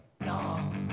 No